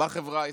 בחברה הישראלית.